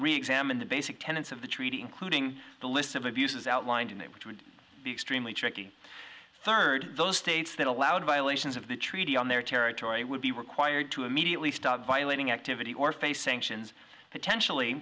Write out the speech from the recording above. reexamine the basic tenets of the treaty including the list of abuses outlined in that which would be extremely tricky third those states that allowed violations of the treaty on their territory would be required to immediately stop violating activity or facing sions potentially